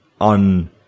on